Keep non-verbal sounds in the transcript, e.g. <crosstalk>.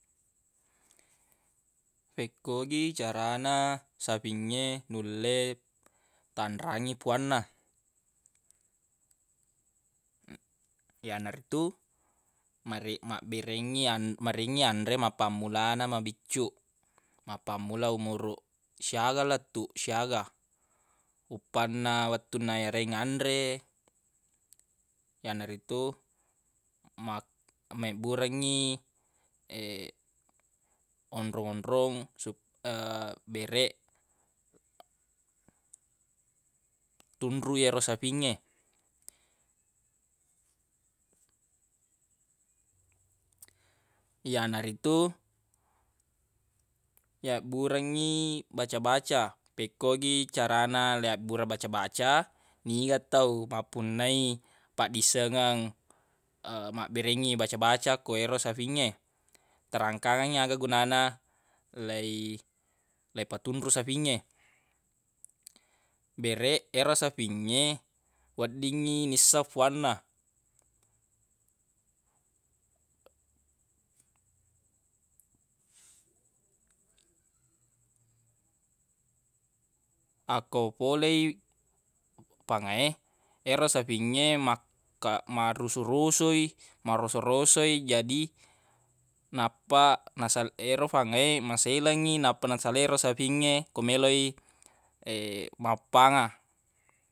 Fekko gi carana safingnge nulle tanrangi puanna <hesitation> yanaritu mare- mabberengngi marengngi anre mappammulana mabiccuq mappammula umuruq siaga lettuq siaga <noise> uppanna wettunna yareng anre yanaritu ma- mebburengngi <hesitation> onrong-onrong sup- <hesitation> bereq <hesitation> tunruq yero safingnge <hesitation> yanaritu yabburengngi baca-baca pekko gi carana leabbureng baca-baca niga tau mappunnai paddissengngeng <hesitation> mabberengngi baca-baca koero safingnge terangkangengngi aga gunana lei- leipatunruq safingnge <noise> bereq yero safingnge weddingngi nisseng fuanna <noise> akko folei pangae ero safingnge makka- marrusu-rusui maroso-rosoi jadi nappa nase- ero fangae maselengngi nappa nasalai ero safingnge ko meloq i <hesitation> mappanga.